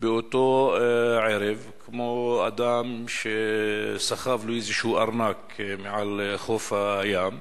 באותו ערב, כמו אדם שסחב לו איזשהו ארנק מחוף הים,